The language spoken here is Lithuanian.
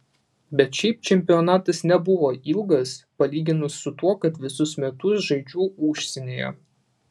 bet šiaip čempionatas nebuvo ilgas palyginus su tuo kad visus metus žaidžiu užsienyje